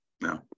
No